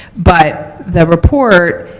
but the report